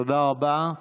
תודה רבה.